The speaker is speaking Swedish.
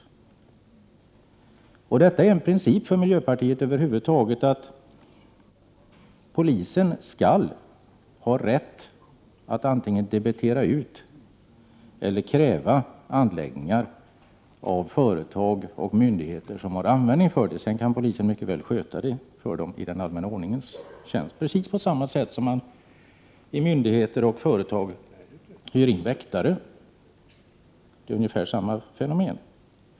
Det är över huvud taget en princip för miljöpartiet att polisen skall ha rätt att antingen debitera eller kräva anläggningar av företag och myndigheter som har användning för dem. Sedan kan polisen mycket väl sköta anläggningarna i den allmänna ordningens tjänst, precis på samma sätt som när myndigheter och företag hyr in väktare — det är samma fenomen.